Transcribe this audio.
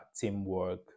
teamwork